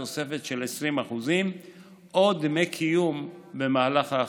תוספת של 20% או דמי קיום במהלך ההכשרה,